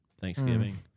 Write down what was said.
Thanksgiving